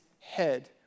head